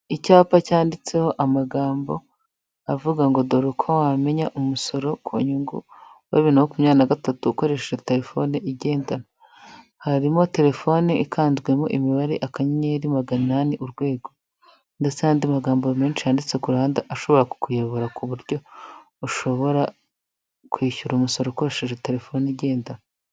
Icyapa cyanditseho amagambo avuga ngo dore uko wamenya umusoro ku nyungu wa bibiri na makumyabiri na gatatu ukoresheje telefone igendanwa. Harimo telefone ikanzwemo imibare , akanyenyeri maganani urwego. Ndetse n'andi magambo menshi yanditse ku ruhande ashobora kukuyobora ku buryo ushobora kwishyura umusoro ukoresheje telefone igendanwa.